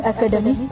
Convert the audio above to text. Academy